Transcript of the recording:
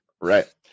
Right